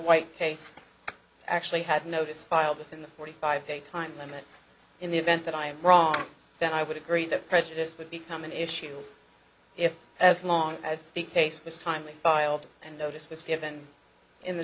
white case actually had notice filed within the forty five day time limit in the event that i'm wrong then i would agree that prejudice would become an issue if as long as the case was timely filed and notice was given in the